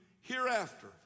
hereafter